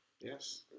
yes